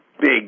big